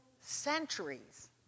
centuries